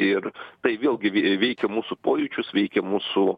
ir tai vėlgi vei veikia mūsų pojūčius veikia mūsų